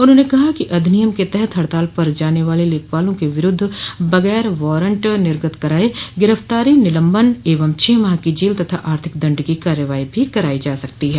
उन्होंने कहा कि अधिनियम के तहत हड़ताल पर जाने वाले लेखपालों के विरुद्ध बगैर वारंट निर्गत कराये गिरफ्तारी निलम्बन एवं छह माह की जेल तथा आर्थिक दण्ड की कार्रवाई भी करायी जा सकती है